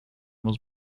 was